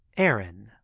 Aaron